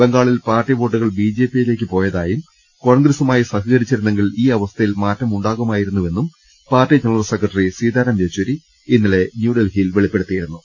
ബംഗാ ളിൽ പാർട്ടി വോട്ടുകൾ ബി ജെ പിയിലേക്ക് പോയതായും കോൺഗ്രസു മായി സഹകരിച്ചിരുന്നെങ്കിൽ ഈ അവസ്ഥയിൽ മാറ്റമുണ്ടാകുമായിരു ന്നുവെന്നും party general secretary Sitaram Yechury ഇന്നലെ ന്യൂഡൽഹിയിൽ വെളിപ്പെടുത്തിയിരുന്നു